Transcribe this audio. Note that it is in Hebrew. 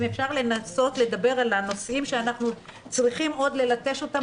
אם אפשר לנסות לדבר על הנושאים שאנחנו צריכים עוד ללטש אותם.